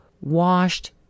washed